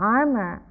armor